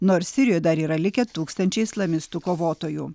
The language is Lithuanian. nors sirijoje dar yra likę tūkstančiai islamistų kovotojų